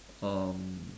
um